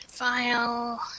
File